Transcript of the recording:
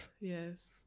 Yes